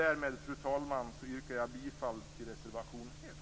Fru talman! Därmed yrkar jag bifall till reservation 1.